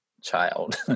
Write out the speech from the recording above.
child